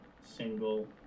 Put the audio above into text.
single